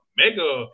mega